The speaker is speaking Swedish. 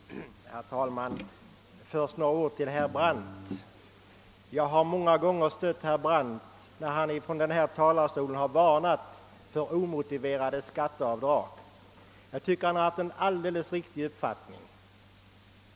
Herr talman! Först vill jag säga några ord till herr Brandt. Jag har många gånger stött honom när han från denna talarstol varnat för omotiverade skatteavdrag och anser att han gett uttryck för en alldeles riktig uppfattning.